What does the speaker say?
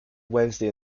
wednesday